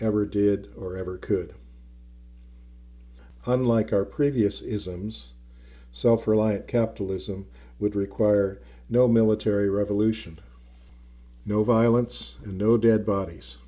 ever did or ever could unlike our previous isms self reliant capitalism would require no military revolution no violence and no dead bodies